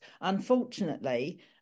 unfortunately